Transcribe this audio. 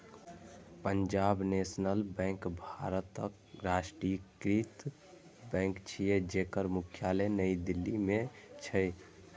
Punjab national bank भारतक राष्ट्रीयकृत bank छियै, जेकर मुख्यालय नई दिल्ली मे छै